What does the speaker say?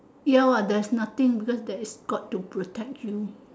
ya what there's nothing because there is god to protect you